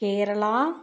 Kerala